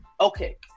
Okay